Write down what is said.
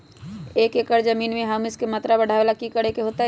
एक एकड़ जमीन में ह्यूमस के मात्रा बढ़ावे ला की करे के होतई?